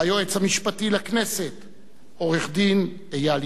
היועץ המשפטי לכנסת, עורך-דין איל ינון,